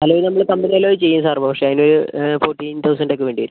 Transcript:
alloy നമ്മൾ pumping alloy ചെയ്യും sir പക്ഷേ അതിന് ഫോർട്ടീൻ തൗസന്റ് ഒക്കെ വേണ്ടിവരും